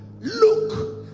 look